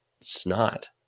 snot